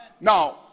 Now